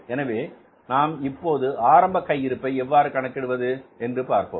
எனவே நாம் இப்போது ஆரம்பக் கையிருப்பை எவ்வாறு கணக்கிடுவது என்று பார்ப்போம்